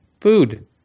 food